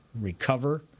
recover